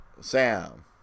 Sam